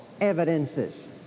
evidences